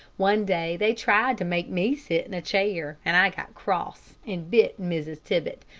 one day they tried to make me sit in a chair, and i got cross and bit mrs. tibbett,